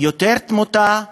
יותר תמותה,